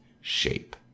shape